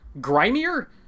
grimier